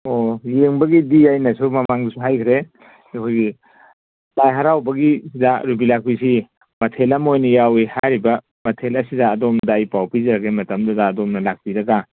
ꯑꯣ ꯌꯦꯡꯕꯒꯤꯗꯤ ꯑꯩꯅꯁꯨ ꯃꯃꯥꯡꯗꯁꯨ ꯍꯥꯏꯖꯈ꯭ꯔꯦ ꯑꯩꯈꯣꯏꯒꯤ ꯂꯥꯏ ꯍꯔꯥꯎꯕꯒꯤꯗ ꯌꯨꯕꯤ ꯂꯥꯛꯄꯤꯁꯤ ꯃꯊꯦꯜ ꯑꯃ ꯑꯣꯏꯅ ꯌꯥꯎꯏ ꯍꯥꯏꯔꯤꯕ ꯃꯊꯦꯜ ꯑꯁꯤꯗ ꯑꯗꯣꯝꯗ ꯑꯩ ꯄꯥꯎ ꯄꯤꯖꯔꯛꯀꯦ ꯃꯇꯝꯗꯨꯗ ꯑꯗꯣꯝꯅ ꯂꯥꯛꯄꯤꯔꯒ